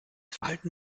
verhalten